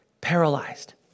paralyzed